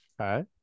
Okay